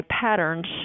patterns